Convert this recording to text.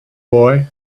boy